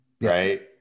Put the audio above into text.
right